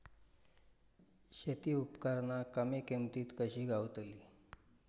शेती उपकरणा कमी किमतीत कशी गावतली?